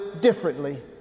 differently